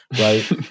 right